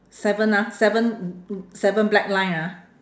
seven ah seven seven black line ah